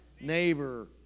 Neighbor